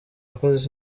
nakoze